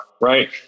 Right